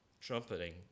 trumpeting